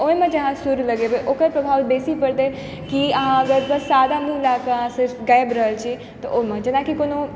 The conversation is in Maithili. ओहिमे जे अहाँ सुर लगेबै ओकर प्रभाव बेसी पड़तै कि अगर अहाँ अगर बस सादा मुँह लै के अहाँकेँ सिर्फ गाबि रहल छी तऽ ओहिमे जेनाकि कोनो